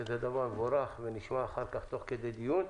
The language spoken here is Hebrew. שזה דבר מבורך ונשמע תוך כדי דיון,